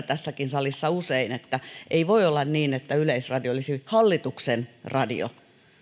tässäkin salissa usein juuri siitäkin että ei voi olla niin että yleisradio olisi hallituksen radio